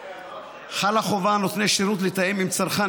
חלה חובה על נותני שירות לתאם עם צרכן